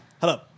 Hello